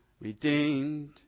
Redeemed